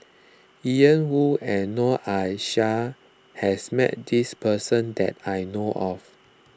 Ian Woo and Noor Aishah has met this person that I know of